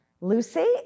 Lucy